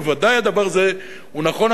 וודאי הדבר הזה הוא נכון,